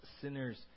sinners